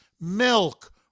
milk